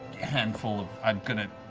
handful, um i'm going to